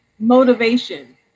motivation